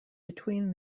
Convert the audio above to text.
between